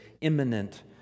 imminent